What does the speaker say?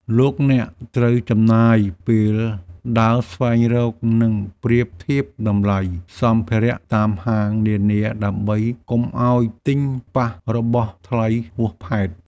លោកអ្នកត្រូវចំណាយពេលដើរស្វែងរកនិងប្រៀបធៀបតម្លៃសម្ភារៈតាមហាងនានាដើម្បីកុំឱ្យទិញប៉ះរបស់ថ្លៃហួសហេតុ។